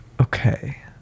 Okay